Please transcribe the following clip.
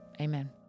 Amen